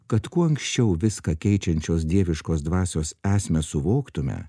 kad kuo anksčiau viską keičiančios dieviškos dvasios esmę suvoktume